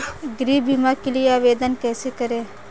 गृह बीमा के लिए आवेदन कैसे करें?